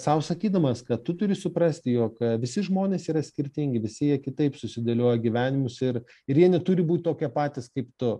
sau sakydamas kad tu turi suprasti jog visi žmonės yra skirtingi visi jie kitaip susidėlioja gyvenimus ir ir jie neturi būt tokie patys kaip tu